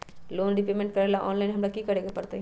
Loan repayment करेला online हमरा की करे के परतई?